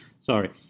sorry